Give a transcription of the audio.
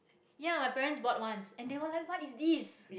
ya my parents bought once and they were like what is this